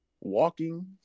walking